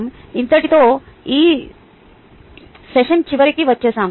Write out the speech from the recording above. ఇంతటితో ఈ సెషన్ చివరికి వచ్చేశాము